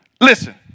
Listen